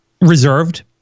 reserved